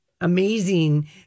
amazing